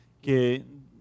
que